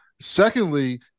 Secondly